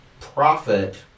profit